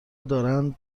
دارند